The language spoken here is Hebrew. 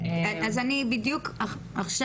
אז אני בדיוק עכשיו,